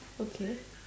okay